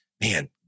man